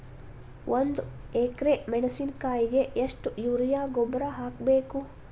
ಒಂದು ಎಕ್ರೆ ಮೆಣಸಿನಕಾಯಿಗೆ ಎಷ್ಟು ಯೂರಿಯಾ ಗೊಬ್ಬರ ಹಾಕ್ಬೇಕು?